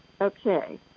Okay